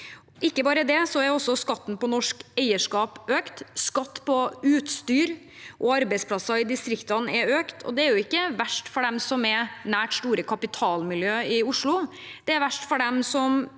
Ikke bare det, skatten på norsk eierskap har økt, og skatten på utstyr og arbeidsplasser i distriktene har økt. Det er ikke verst for dem som er nært store kapitalmiljøer i Oslo, det er verst for dem som